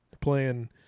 playing